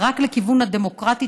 רק לכיוון הדמוקרטי,